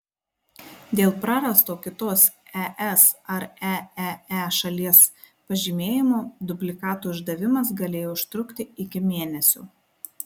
dėl prarasto kitos es ar eee šalies pažymėjimo dublikato išdavimas galėjo užtrukti iki mėnesio